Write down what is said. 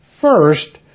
first